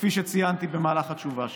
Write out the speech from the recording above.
כפי שציינתי במהלך התשובה שלי,